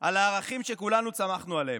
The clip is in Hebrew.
על הערכים שכולנו צמחנו עליהם,